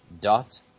dot